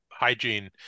Hygiene